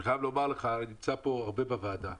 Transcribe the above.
אני נמצא פה הרבה בוועדה,